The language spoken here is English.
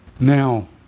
Now